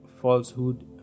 falsehood